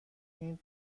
این